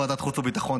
חבר ועדת חוץ וביטחון,